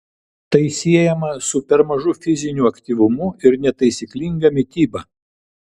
tai siejama su per mažu fiziniu aktyvumu ir netaisyklinga mityba